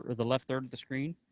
the left third of the screen,